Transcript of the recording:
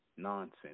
nonsense